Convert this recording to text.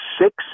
six